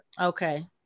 Okay